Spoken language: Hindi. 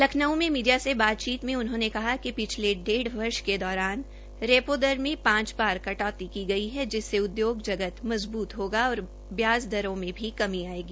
लखनऊ में मीडिया से बाचीत में उन्होंने कहा कि पिछले डेढ़ वर्ष के दौरान रेपो दर में पांच बार कटौती की गई है जिसमें उद्योग जगत मजबूत होगा और ब्याज दरों में भी कमी आयेगी